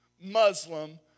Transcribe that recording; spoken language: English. Muslim